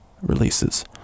releases